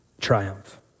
triumph